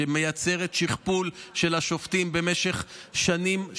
שמייצרת שכפול של השופטים במשך שנים,